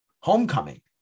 Homecoming